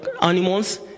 animals